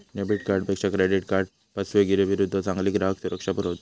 debit कार्डपेक्षा credit card फसवेगिरीविरुद्ध चांगली ग्राहक सुरक्षा पुरवता